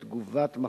2012):